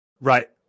Right